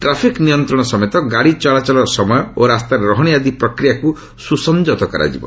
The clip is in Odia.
ଟ୍ରାଫିକ୍ ନିୟନ୍ତ୍ରଣ ସମେତ ଗାଡ଼ି ଚଳାଚଳର ସମୟ ଓ ରାସ୍ତାରେ ରହଣି ଆଦି ପ୍ରକ୍ରିୟାକୁ ସୁସଂଯତ କରାଯିବ